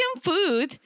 food